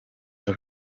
mehr